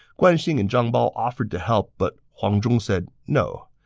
guan xing and zhang bao offered to help, but huang zhong said no.